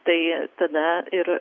tai tada ir